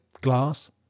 glass